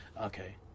Okay